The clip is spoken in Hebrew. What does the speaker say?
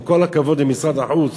עם כל הכבוד למשרד החוץ,